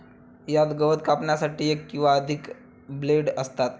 यात गवत कापण्यासाठी एक किंवा अधिक ब्लेड असतात